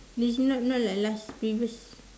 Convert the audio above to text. this not not like last previous